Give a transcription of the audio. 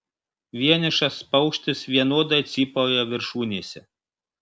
vienišas paukštis vienodai cypauja viršūnėse